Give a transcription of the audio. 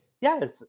yes